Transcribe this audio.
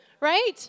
right